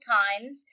times